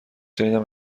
شنیدم